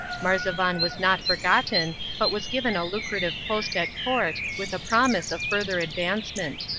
marzavan was not forgotten, but was given a lucrative post at court, with a promise of further advancement.